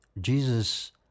Jesus